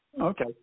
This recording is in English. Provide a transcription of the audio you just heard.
Okay